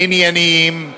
ענייניים,